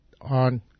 on